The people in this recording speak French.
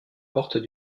portes